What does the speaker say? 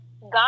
God